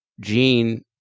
Gene